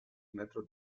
metros